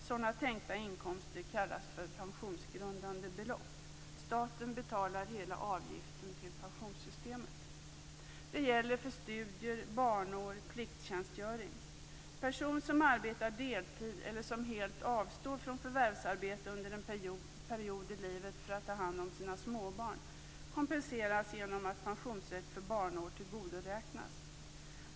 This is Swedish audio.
Sådana tänkta inkomster kallas för pensionsgrundande belopp. Staten betalar hela avgiften till pensionssystemet. Det gäller studier, barnår och plikttjänstgöring. En person som arbetar deltid eller som helt avstår från förvärvsarbete under en period i livet för att ta hand om sina små barn kompenseras genom att pensionsrätt för barnår tillgodoräknas.